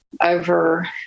over